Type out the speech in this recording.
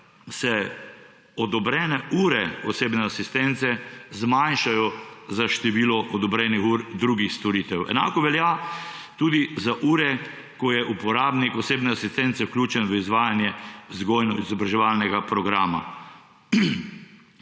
se odobrene ure osebne asistence zmanjšajo za število odobrenih ur drugih storitev. Enako velja tudi za ure, ko je uporabnik osebne asistence vključen v izvajanje vzgojno-izobraževalnega programa.